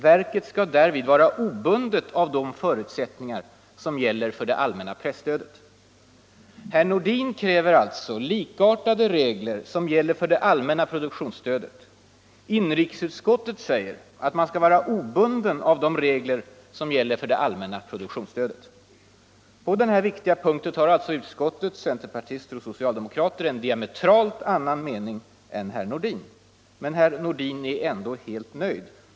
Verket skall därvid vara obundet av de förutsättningar som gäller för det allmänna presstödet.” Herr Nordin kräver alltså likartade regler som gäller för det allmänna produktionsstödet. Inrikesutskottet säger att man skall vara obunden av de regler som gäller för det allmänna produktionsstödet. På denna viktiga punkt har således utskottets centerpartister och socialdemokrater en diametralt annan mening än herr Nordin hade. Men herr Nordin är ändå helt nöjd.